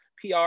PR